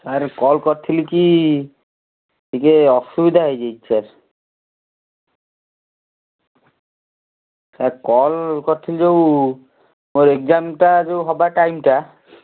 sir call କରିଥିଲି କି ଟିକେ ଅସୁବିଧା ହେଇଯାଇଛି ସାର୍ ସାର୍ କଲ୍ କରିଥିଲି ଯେଉଁ ମୋର ଏକ୍ଜାମ୍ଟା ହେବା ଟାଇମ୍ଟା